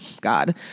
God